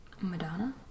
Madonna